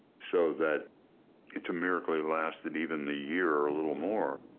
so that it's a miracle he lasted even the year or a little more.